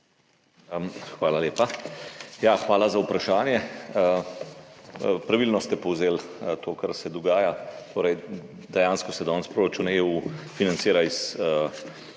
Hvala lepa. Hvala za vprašanje. Pravilno ste povzeli to, kar se dogaja. Torej, dejansko se danes proračun EU financira iz